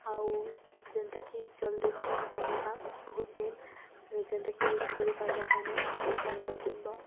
ଆଉ ଯେନ୍ତା କି ଜଲ୍ଦି ଖରାପ୍ ଖରାପ ନେଇଁ ହେବା ବହୁତ ଦିନ୍ ଯେନ୍ତା କି ୟୁଜ୍ କରିପାର୍ବ ତୁମେ ହେନ୍ତା ଚାର୍ଜର୍ ଘିନ୍ବ